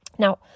Now